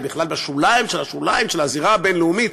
היא בכלל בשוליים של השוליים של הזירה הבין-לאומית,